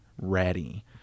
ready